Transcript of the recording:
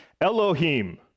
Elohim